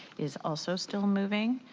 is also still moving.